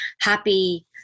happy